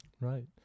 Right